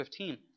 15